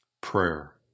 prayer